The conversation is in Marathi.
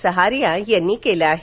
सहारिया यांनी केलं आहे